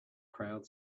crowd